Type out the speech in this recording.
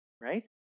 right